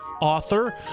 author